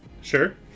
sure